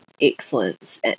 excellence